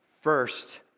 First